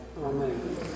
Amen